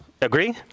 Agree